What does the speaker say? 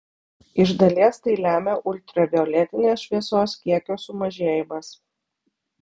iš dalies tai lemia ultravioletinės šviesos kiekio sumažėjimas